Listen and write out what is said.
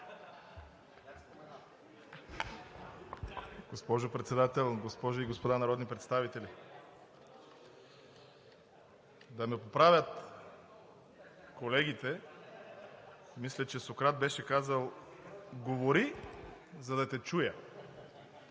Госпожо Председател, госпожи и господа народни представители! Да ме поправят колегите, но мисля, че Сократ беше казал: „Говори, за да те чуя.“